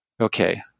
okay